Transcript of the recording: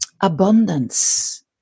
abundance